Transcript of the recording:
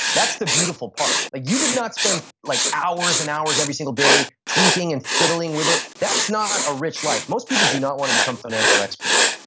that's the beautiful part. you did not spend like hours and hours every single day tweaking and fiddling with it. that's not a rich life. most people do not want to become financial experts.